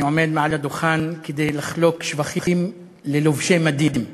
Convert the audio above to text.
אני עומד על הדוכן כדי לחלוק שבחים ללובשי מדים.